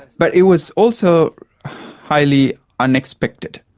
but it was also highly unexpected,